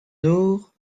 nor